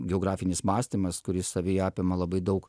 geografinis mąstymas kuris savyje apima labai daug